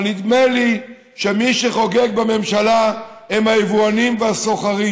אבל נדמה לי שמי שחוגג בממשלה הם היבואנים והסוחרים.